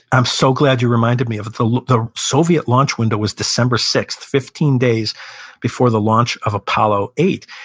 i'm so glad you reminded me of, the the soviet launch window was december sixth, fifteen days before the launch of apollo eight.